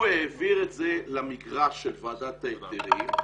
הוא העביר את זה למגרש של ועדת ההיתרים,